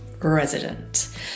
Resident